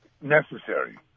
necessary